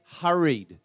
hurried